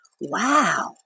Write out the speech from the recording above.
wow